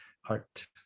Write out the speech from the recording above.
heart